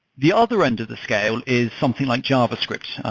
the other end of the scale is something like javascript,